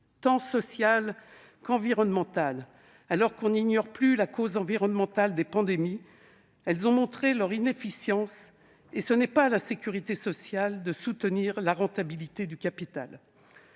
tant sociales qu'environnementales, alors que l'on n'ignore plus la cause environnementale des pandémies, ces exonérations ont montré leur inefficience. Au reste, ce n'est pas à la sécurité sociale de soutenir la rentabilité du capital.